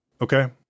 Okay